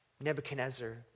Nebuchadnezzar